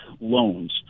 loans